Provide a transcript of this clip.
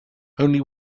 only